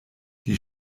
die